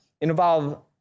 involve